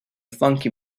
funky